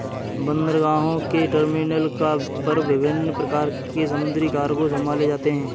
बंदरगाहों के टर्मिनल पर विभिन्न प्रकार के समुद्री कार्गो संभाले जाते हैं